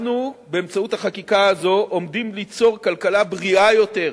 באמצעות החקיקה הזאת אנחנו עומדים ליצור כלכלה בריאה יותר,